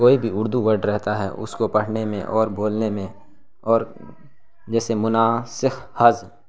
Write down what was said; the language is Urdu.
کوئی بھی اردو ورڈ رہتا ہے اس کو پڑھنے میں اور بولنے میں اور جیسے مناسخ حز